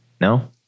No